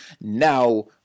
Now